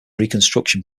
reconstruction